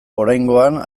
oraingoan